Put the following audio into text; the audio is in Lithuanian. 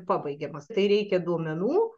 pabaigiamas tai reikia duomenų